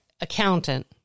Accountant